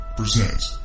presents